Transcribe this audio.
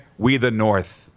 WeTheNorth